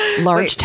large